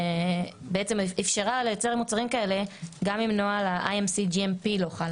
בעצם אפשרה לייצא מוצרים כאלה גם אם נוהל GAP-IMC לא חל